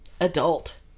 adult